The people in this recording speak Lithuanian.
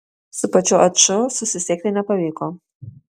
su pačiu aču susisiekti nepavyko